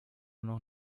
noch